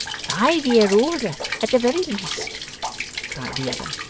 five year older at the very least cried the other.